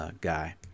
guy